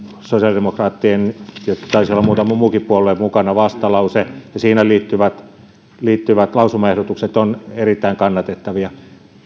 sosiaalidemokraattien ja taisi olla muutama muukin puolue mukana vastalause ja siihen liittyvät lausumaehdotukset ovat erittäin kannatettavia